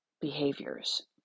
behaviors